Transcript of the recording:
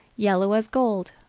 yellow as gold,